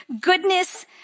goodness